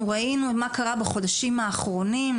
אנחנו ראינו מה קרה בחודשים האחרונים,